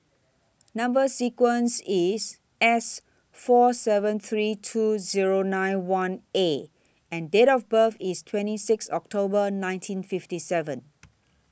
Number sequence IS S four seven three two Zero nine one A and Date of birth IS twenty six October nineteen fifty seven